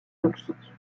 toxique